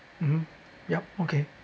mmhmm yup okay